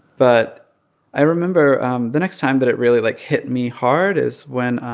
but i remember the next time that it really, like, hit me hard is when